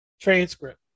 transcript